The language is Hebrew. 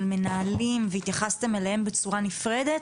על מנהלים והתייחסתם אליהם בצורה נפרדת